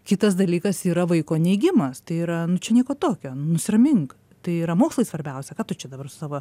kitas dalykas yra vaiko neigimas tai yra nu čia nieko tokio nusiramink tai yra mokslai svarbiausia ką tu čia dabar su savo